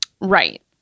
Right